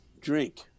drink